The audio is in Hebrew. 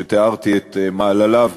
שתיארתי את מעלליו,